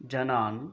जनान्